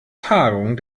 tagung